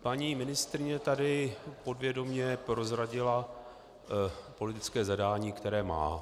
Paní ministryně tady podvědomě prozradila politické zadání, které má.